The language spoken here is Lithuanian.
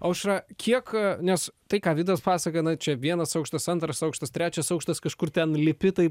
aušra kiek nes tai ką vidas pasakoja na čia vienas aukštas antras aukštas trečias aukštas kažkur ten lipi taip